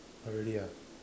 !huh! really ah